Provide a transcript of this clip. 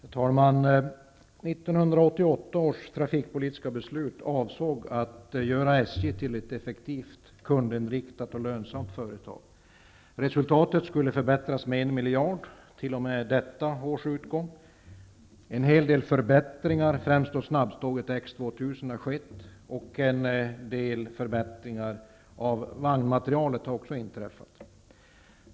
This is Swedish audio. Herr talman! Med 1988 års trafikpolitiska beslut avsåg man att göra SJ till ett effektivt, kundinriktat och lönsamt företag. Resultatet skulle förbättras med 1 miljard t.o.m. detta års utgång. En hel del förbättringar har skett, främst snabbtåget X2000. Även en del förbättringar av vagnmaterialet har gjorts.